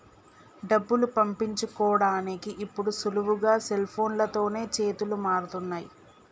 డబ్బులు పంపించుకోడానికి ఇప్పుడు సులువుగా సెల్ఫోన్లతోనే చేతులు మారుతున్నయ్